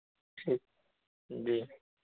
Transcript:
ठीक जी